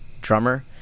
Drummer